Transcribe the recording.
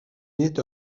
n’est